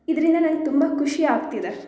ಇದರಿಂದ ನಂಗೆ ತುಂಬ ಖುಷಿ ಆಗ್ತಿದೆ